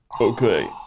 okay